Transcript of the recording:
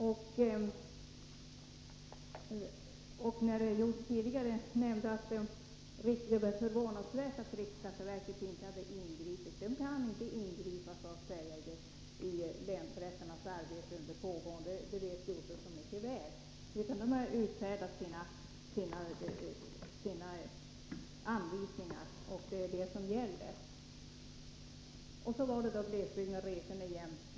Stig Josefson sade tidigare att det var förvånansvärt att riksskatteverket inte hade ingripit. Verket kan inte ingripa i länsrätternas pågående arbete — det vet Stig Josefson mycket väl — utan det är de utfärdade anvisningarna som skall gälla. Och så var det då om glesbygdsresorna igen.